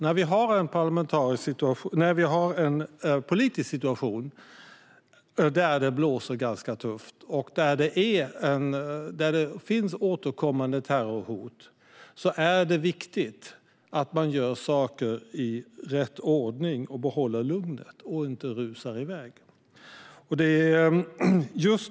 När vi har en politisk situation där det blåser ganska hårt och då det finns återkommande terrorhot är det viktigt att man gör saker i rätt ordning, behåller lugnet och inte rusar i väg.